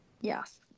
Yes